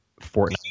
Fortnite